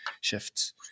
shifts